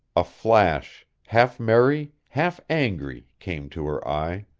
a flash, half merry, half angry, came to her eye.